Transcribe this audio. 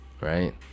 right